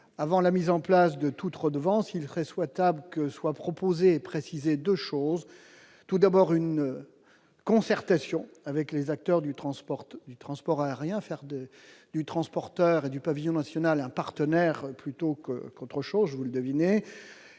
avant la mise en place de toute redevance, il serait souhaitable que soit proposée préciser 2 choses : tout d'abord une concertation avec les acteurs du transporteur du transport aérien, faire de du transporteur et du pavillon national un partenaire plutôt que contre chose vous le devinez